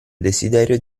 desiderio